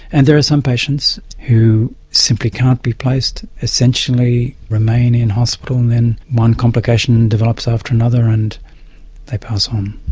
and there are some patients who simply can't be placed and essentially remain in hospital and then one complication develops after another and they pass on.